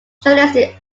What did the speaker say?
shortlisted